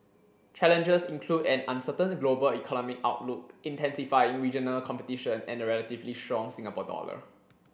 challenges include an uncertain global economic outlook intensifying regional competition and a relatively strong Singapore dollar